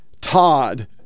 Todd